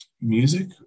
music